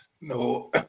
No